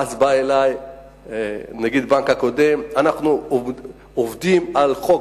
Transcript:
ואז בא אלי נגיד הבנק הקודם: אנחנו עובדים על חוק